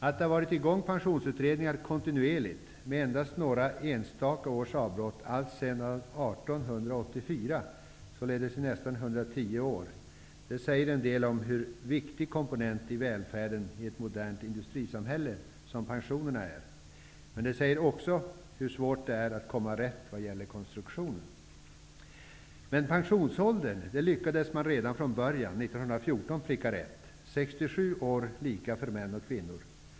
Att det kontinuerligt har funnits arbetande pensionsutredningar -- med endast några enstaka års avbrott -- alltsedan 1884, således i nästan 110 år, säger en hel del om hur viktig pensionen är som en komponent i ett modernt industrisamhälle. Det här visar också hur svårt det är att träffa rätt vad gäller konstruktionen. När det gäller pensionsåldern lyckades man redan från början, 1914, att pricka rätt -- 67 år lika för män och kvinnor.